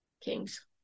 Kings